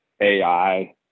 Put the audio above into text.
AI